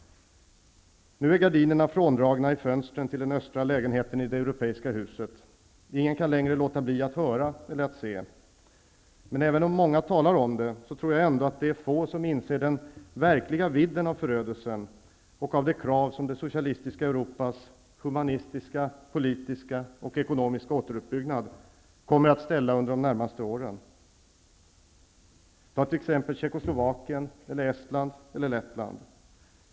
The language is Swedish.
Nu är gardinerna fråndragna i fönstren till den östra lägenheten i det europeiska huset. Ingen kan längre låta bli att höra eller att se. Men även om många talar om det, tror jag ändå att det är få som inser den verkliga vidden av förödelsen och av de krav som det socialistiska Europas humanistiska, politiska och ekonomiska återuppbyggnad kommer att ställa under de närmaste åren. Ta t.ex. Tjeckoslovakien, Estland eller Lettland.